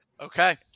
Okay